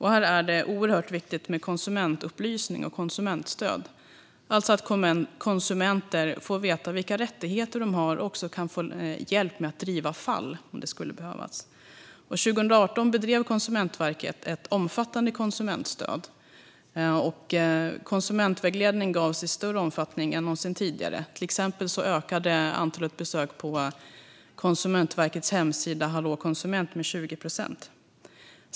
Här är det oerhört viktigt med konsumentupplysning och konsumentstöd, alltså att konsumenter får veta vilka rättigheter de har och kan få hjälp med att driva fall om det skulle behövas. År 2018 bedrev Konsumentverket ett omfattande konsumentstöd, och konsumentvägledning gavs i större omfattning än någonsin tidigare. Till exempel ökade antalet besök på Konsumentverkets hemsida Hallå konsument med 20 procent.